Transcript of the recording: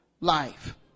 life